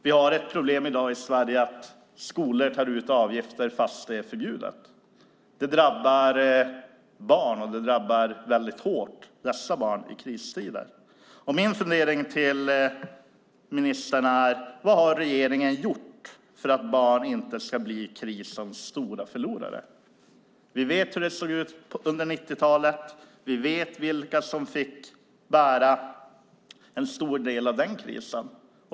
Vi har ett problem i Sverige i dag att skolor tar ut avgifter fast det är förbjudet. Det drabbar barn, och det drabbar dessa barn väldigt hårt i kristider. Min fundering till ministern är: Vad har regeringen gjort för att barn inte ska bli krisens stora förlorare? Vi vet hur det såg ut under 90-talet. Vi vet vilka som fick bära en stor del av den krisen.